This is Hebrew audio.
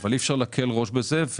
אבל אי-אפשר להקל בזה ראש,